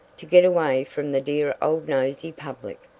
to get away from the dear old nosey public.